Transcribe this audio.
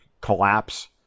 collapse